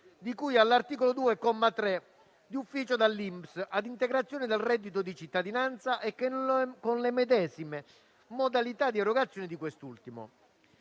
di cui all'articolo 2, comma 3, di ufficio dall'INPS ad integrazione del reddito di cittadinanza e con le medesime modalità di erogazione di quest'ultimo.